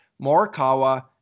Morikawa